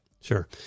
Sure